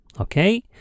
okay